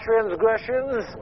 transgressions